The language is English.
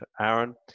aaron